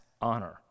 honor